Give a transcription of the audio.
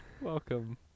Welcome